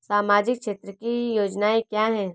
सामाजिक क्षेत्र की योजनाएँ क्या हैं?